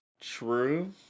true